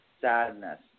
sadness